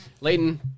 Layton